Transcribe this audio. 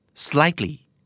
Slightly